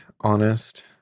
honest